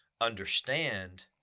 understand